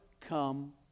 come